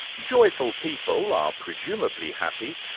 joyful people are presumably happy,